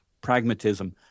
pragmatism